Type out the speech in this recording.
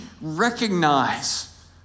recognize